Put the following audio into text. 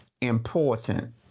important